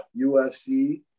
UFC